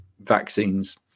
vaccines